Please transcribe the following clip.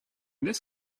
this